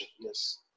yes